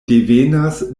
devenas